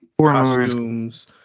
costumes